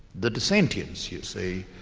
the dissentients, you see,